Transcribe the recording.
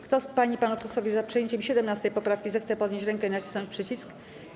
Kto z pań i panów posłów jest za przyjęciem 17. poprawki, zechce podnieść rękę i nacisnąć przycisk.